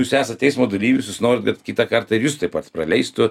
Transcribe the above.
jūs esat eismo dalyvis jūs norit kad kitą kartą ir jus taip pat praleistų